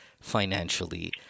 financially